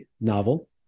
novel